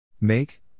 Make